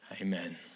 Amen